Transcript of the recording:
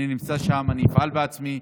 אני נמצא שם, אני אפעל בעצמי.